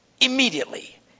immediately